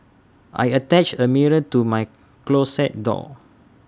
I attached A mirror to my closet door